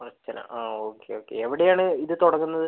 അർച്ചന okay okay എവിടെയാണ് ഇത് തുടങ്ങുന്നത്